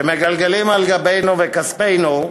שמגלגלים על גבנו וכספנו,